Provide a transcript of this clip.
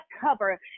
cover